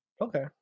Okay